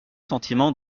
sentiment